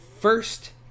first